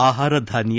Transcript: ಆಹಾರ ಧಾನ್ಯ